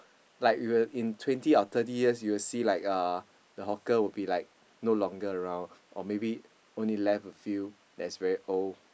like you will in twenty or thirty years you will see like uh the hawker will be like no longer around or maybe only left a few that's very old